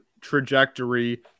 trajectory